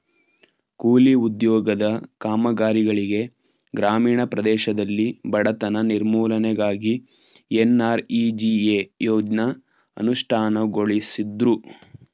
ಕೂಲಿ ಉದ್ಯೋಗದ ಕಾಮಗಾರಿಗಳಿಗೆ ಗ್ರಾಮೀಣ ಪ್ರದೇಶದಲ್ಲಿ ಬಡತನ ನಿರ್ಮೂಲನೆಗಾಗಿ ಎನ್.ಆರ್.ಇ.ಜಿ.ಎ ಯೋಜ್ನ ಅನುಷ್ಠಾನಗೊಳಿಸುದ್ರು